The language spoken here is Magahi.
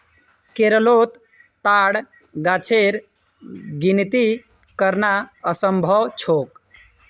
केरलोत ताड़ गाछेर गिनिती करना असम्भव छोक